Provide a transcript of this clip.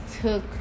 took